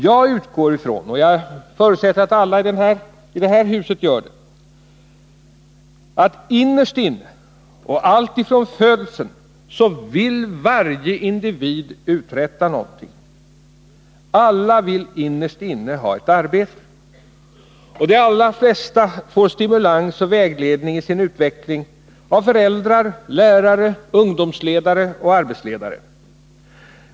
Jag utgår ifrån — och jag förutsätter att alla i det här huset också gör det — att varje individ innerst inne och alltifrån födseln vill uträtta någonting. Alla vill innerst inne ha ett arbete, och de allra flesta får stimulans och vägledning i sin utveckling av föräldrar, lärare, ungdomsledare och arbetsledare.